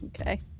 Okay